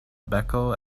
beko